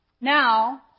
Now